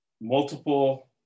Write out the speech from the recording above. multiple